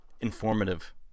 informative